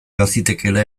bazitekeela